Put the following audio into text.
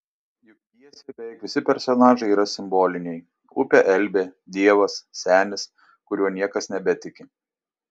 juk pjesėje beveik visi personažai yra simboliai upė elbė dievas senis kuriuo niekas nebetiki